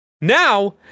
Now